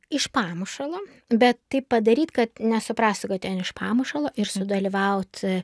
iš pamušalo bet tai padaryt kad nesuprastų kad ten iš pamušalo ir sudalyvaut